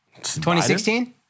2016